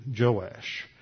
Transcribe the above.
Joash